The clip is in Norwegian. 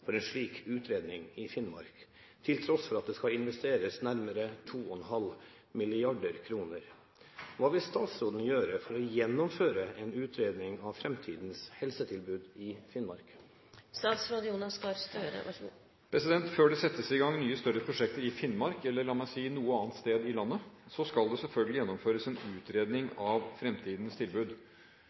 for en slik utredning i Finnmark, til tross for at det skal investeres nærmere 2,5 mrd. kroner. Hva vil statsråden gjøre for å gjennomføre en utredning av fremtidens helsetilbud i Finnmark?» Før det settes i gang nye større prosjekter i Finnmark – eller noe annet sted i landet – skal det selvfølgelig gjennomføres en utredning av fremtidens tilbud.